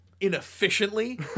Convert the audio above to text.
inefficiently